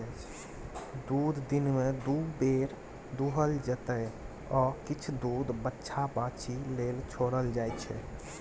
दुध दिनमे दु बेर दुहल जेतै आ किछ दुध बछ्छा बाछी लेल छोरल जाइ छै